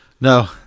No